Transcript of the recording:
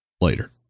Later